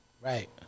Right